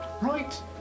Right